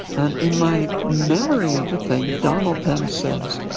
and in my memory of the thing, donald then says,